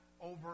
over